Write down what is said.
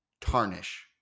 tarnish